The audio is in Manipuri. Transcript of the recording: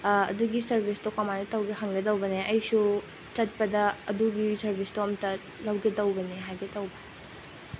ꯑꯗꯨꯒꯤ ꯁꯥꯔꯕꯤꯁꯇꯣ ꯀꯃꯥꯏꯅ ꯇꯧꯒꯦ ꯍꯪꯒꯦ ꯇꯧꯕꯅꯦ ꯑꯩꯁꯨ ꯆꯠꯄꯗ ꯑꯗꯨꯒꯤ ꯁꯔꯕꯤꯁꯇꯣ ꯑꯝꯇ ꯂꯧꯒꯦ ꯇꯧꯕꯅꯦ ꯍꯥꯏꯒꯦ ꯇꯧꯕ